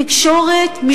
תקשורת,